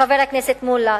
חבר הכנסת מולה,